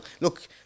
look